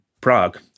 Prague